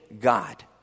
God